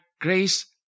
grace